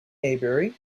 maybury